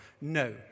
No